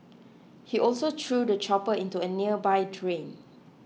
he also threw the chopper into a nearby drain